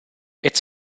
its